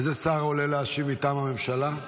איזה שר עולה להשיב מטעם הממשלה?